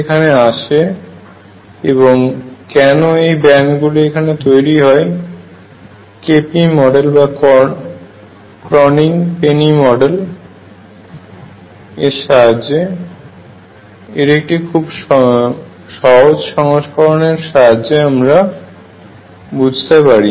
এখন এখানে আমরা KP মডেলের একটি খুব সহজ সংস্করণ এর সাহায্যে কীভাবে এই ব্যান্ড গুলি তৈরি হয় তার সম্বন্ধে বুঝতে চেষ্টা করবো